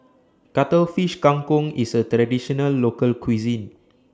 Cuttlefish Kang Kong IS A Traditional Local Cuisine